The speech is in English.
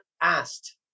asked